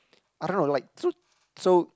I don't know like so so